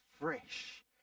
fresh